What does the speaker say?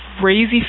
crazy